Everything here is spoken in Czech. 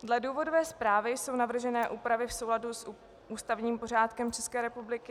Dle důvodové zprávy jsou navržené úpravy v souladu s ústavním pořádkem České republiky.